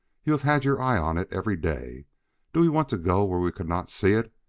you have had your eye on it every day do we want to go where we could not see it?